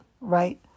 right